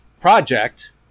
project